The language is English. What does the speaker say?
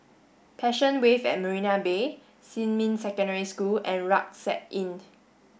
Passion Wave at Marina Bay Xinmin Secondary School and Rucksack Inn